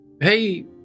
hey